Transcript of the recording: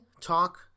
talk